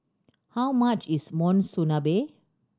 how much is Monsunabe